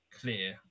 clear